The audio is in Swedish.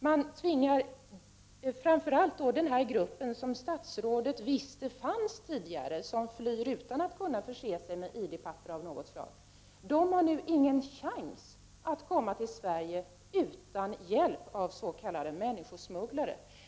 Man tvingar framför allt den grupp som flyr utan att kunna förse sig med ID-handlingar av något slag — som statsrådet tidigare sade sig veta fanns — att använda dessa organisationer. De människorna har nu inte någon chans att komma till Sverige utan hjälp av s.k. människosmugglare.